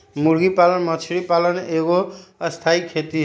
मुर्गी पालन मछरी पालन एगो स्थाई खेती हई